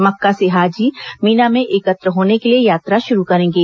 मक्का से हाजी मीना में एकत्र होने के लिए यात्रा शुरू करेंगे